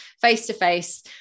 face-to-face